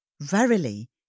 Verily